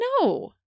No